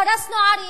הרסנו ערים,